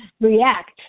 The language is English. react